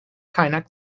kaynak